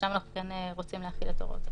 שם אנחנו מבקשים להחיל את הוראות הצו.